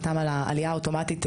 חתם על העלייה האוטומטית,